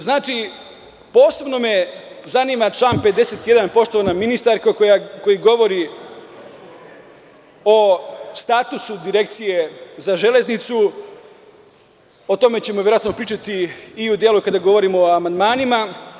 Znači, posebno me zanima član 51. poštovana ministarko, koji govori o statusu Direkcije za „Železnicu“, o tome ćemo verovatno pričati i u delu kada govorimo o amandmanima.